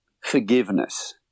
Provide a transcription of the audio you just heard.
forgiveness